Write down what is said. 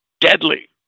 deadly